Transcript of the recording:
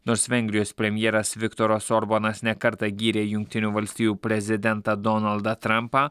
nors vengrijos premjeras viktoras orbanas ne kartą gyrė jungtinių valstijų prezidentą donaldą trampą